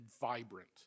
vibrant